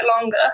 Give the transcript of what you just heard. longer